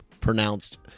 pronounced